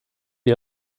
wir